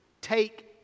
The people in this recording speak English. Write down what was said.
Take